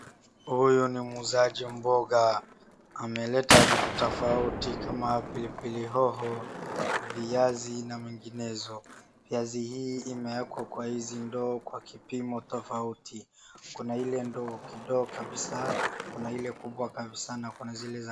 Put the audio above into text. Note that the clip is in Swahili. Huyu ni muuzaji mboga. Ameleta vitu tofauti kama pilipili hoho, viazi na menginezo. Viazi hii imewekwa kwa hizi ndoo kwa kipimo tofauti. Kuna ile ndoo kidogo kabisa, kuna ile kubwa kabisa na kuna zile za..